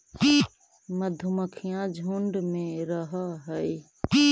मधुमक्खियां झुंड में रहअ हई